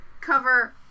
Cover